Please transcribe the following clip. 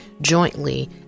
jointly